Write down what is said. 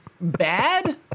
bad